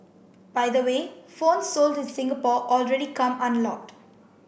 by the way phones sold in Singapore already come unlocked